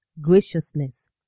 graciousness